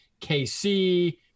KC